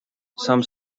some